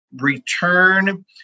return